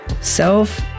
self